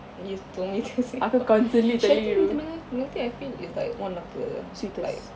you told me to Sharetea winter melon milk tea I feel is one of the like